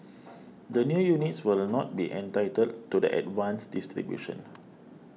the new units will not be entitled to the advanced distribution